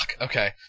Okay